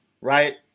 right